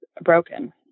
broken